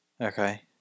Okay